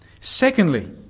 Secondly